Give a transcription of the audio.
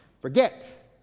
Forget